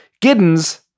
Giddens